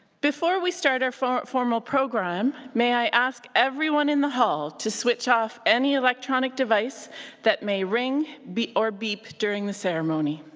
before we start our formal formal program, may i ask everyone in the hall to switch off any electronic device that may ring or beep during the ceremony.